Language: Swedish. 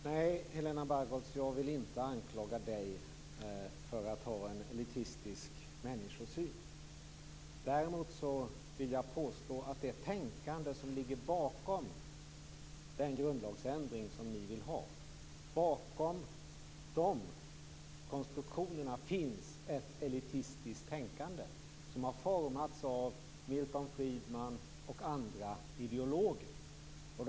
Fru talman! Nej, jag vill inte anklaga Helena Bargholtz för att ha en elitistisk människosyn. Däremot vill jag säga något om det tänkande som ligger bakom den grundlagsändring som ni vill ha. Bakom de konstruktionerna finns ett elitistiskt tänkande som har formats av Milton Friedman och andra ideologer.